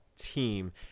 team